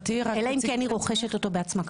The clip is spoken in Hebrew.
אלא אם כן היא רוכשת אותו בעצמה.